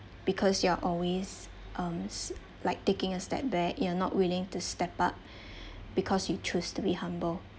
because you're always um s~ like taking a step back you're not willing to step up because you choose to be humble